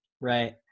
right